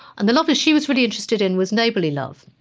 and the love that she was really interested in was neighborly love,